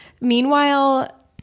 meanwhile